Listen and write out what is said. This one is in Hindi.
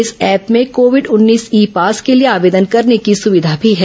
इस ऐप में कोविड उन्नीस ई पास के लिए आवेदन करने की सुविधा भी है